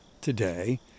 today